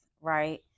right